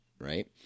Right